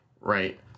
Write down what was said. right